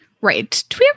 Right